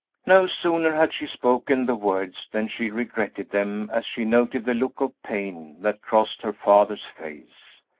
no sooner had she spoken the words than she regretted them as she noted the look of pain that crossed her father's face.